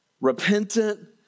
repentant